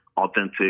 authentic